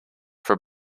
for